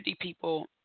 people